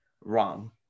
wrong